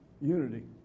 unity